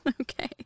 Okay